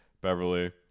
Beverly